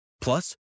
Plus